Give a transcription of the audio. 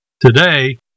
Today